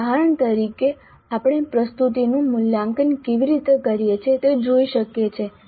ઉદાહરણ તરીકે આપણે પ્રસ્તુતિનું મૂલ્યાંકન કેવી રીતે કરીએ છીએ તે જોઈ શકીએ છીએ